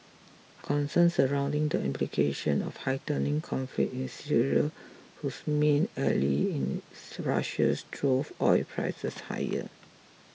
concerns surrounding the implication of heightening conflict in Syria whose main ally in to Russia's drove oil prices higher